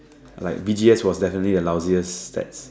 like B_D_S was definitely the lousiest stats